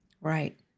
Right